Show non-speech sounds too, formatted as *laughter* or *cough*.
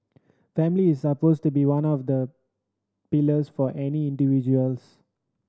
family is supposed to be one of the *unintelligible* for any individuals